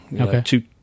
okay